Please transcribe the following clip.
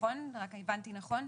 הבנתי נכון?